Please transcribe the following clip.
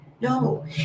No